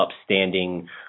upstanding